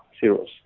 zeros